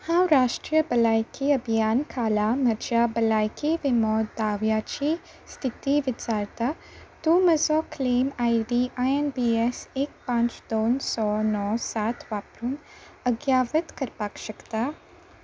हांव राष्ट्रीय भलायकी अभियान खाला म्हज्या भलायकी विमो दाव्याची स्थिती विचारता तूं म्हजो claim I D I N B S एक पांच दोन स णव सात वापरून अद्यावत करपाक शकता